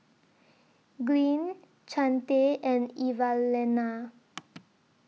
Glynn Chante and Evalena